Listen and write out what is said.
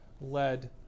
led